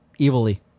Evilly